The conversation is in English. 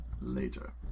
later